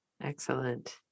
excellent